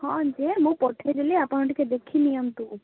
ହଁ ଯେ ମୁଁ ପଠେଇଦେଲି ଆପଣ ଟିକେ ଦେଖି ନିଅନ୍ତୁ